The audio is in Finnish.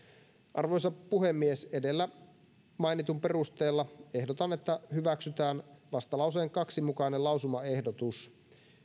arvoisa puhemies edellä mainitun perusteella ehdotan että hyväksytään vastalauseen kahden mukainen lausumaehdotus